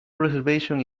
reservation